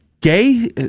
gay